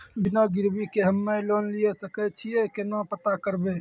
बिना गिरवी के हम्मय लोन लिये सके छियै केना पता करबै?